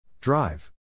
Drive